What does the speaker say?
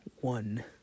one